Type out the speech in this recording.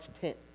tent